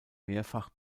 mehrfach